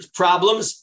problems